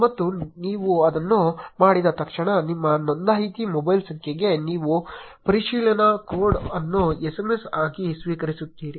ಮತ್ತು ನೀವು ಅದನ್ನು ಮಾಡಿದ ತಕ್ಷಣ ನಿಮ್ಮ ನೋಂದಾಯಿತ ಮೊಬೈಲ್ ಸಂಖ್ಯೆಗೆ ನೀವು ಪರಿಶೀಲನಾ ಕೋಡ್ ಅನ್ನು SMS ಆಗಿ ಸ್ವೀಕರಿಸುತ್ತೀರಿ